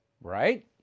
right